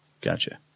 Gotcha